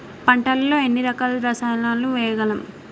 పంటలలో ఎన్ని రకాల రసాయనాలను వేయగలము?